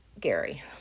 Gary